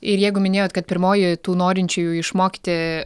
ir jeigu minėjot kad pirmoji tų norinčiųjų išmokti